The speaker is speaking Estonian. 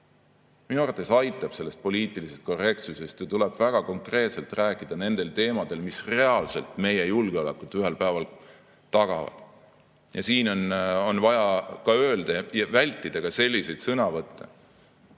arvates aitab sellest poliitilisest korrektsusest ja tuleb väga konkreetselt rääkida nendel teemadel, mis reaalselt meie julgeolekut ühel päeval tagavad. Ja siin on vaja ka öelda ja vältida ka selliseid sõnavõtte,